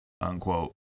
unquote